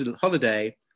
holiday